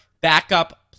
backup